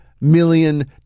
million